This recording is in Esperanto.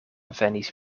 venis